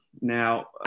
now